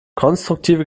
konstruktive